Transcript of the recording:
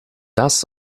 das